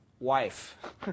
Wife